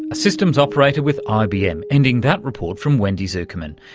a systems operator with ibm, ending that report from wendy zukerman.